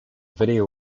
video